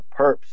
perps